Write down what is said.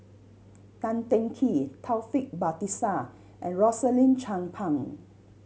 Tan Teng Kee Taufik Batisah and Rosaline Chan Pang